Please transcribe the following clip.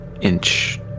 inch